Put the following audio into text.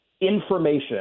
information